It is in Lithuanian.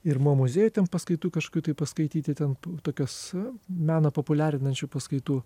ir mo muziejuj ten paskaitų kažkokių tai paskaityti ten tokias meną populiarinančių paskaitų